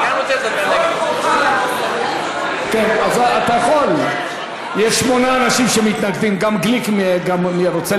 הקצתה הממשלה 2,500 עובדים ירדנים שייכנסו